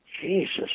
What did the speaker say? jesus